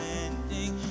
ending